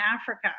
Africa